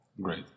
great